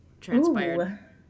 transpired